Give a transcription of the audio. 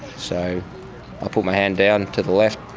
so i put my hand down to the left,